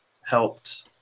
helped